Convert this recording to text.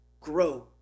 grow